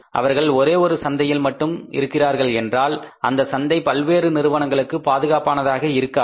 அவர்கள் ஒரே ஒரு சந்தையில் மட்டும் இருக்கின்றார்கள் என்றால் அந்த சந்தை பல்வேறு நிறுவனங்களுக்கு பாதுகாப்பானதாக இருக்காது